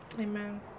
Amen